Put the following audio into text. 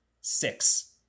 six